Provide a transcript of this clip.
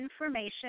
information